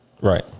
right